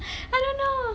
I don't know